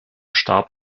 starb